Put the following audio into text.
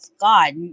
god